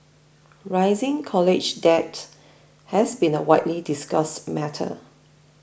rising college debt has been a widely discussed matter